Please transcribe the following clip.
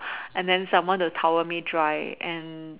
and then someone to towel me dry and